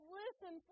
listen